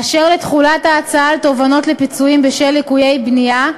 אשר לתחולת ההצעה על תובענות לפיצויים בשל ליקויי בנייה,